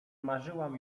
marzyłam